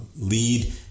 lead